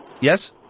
Yes